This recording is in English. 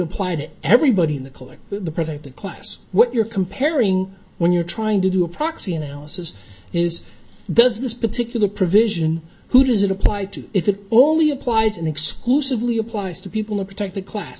apply to everybody in the calling the present the class what you're comparing when you're trying to do a proxy analysis is does this particular provision who does it apply to if it only applies and exclusively applies to people a protected class